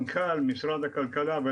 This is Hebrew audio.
אני מבקש גם התייחסות של מנכ"ל הכלכלה,